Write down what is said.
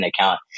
account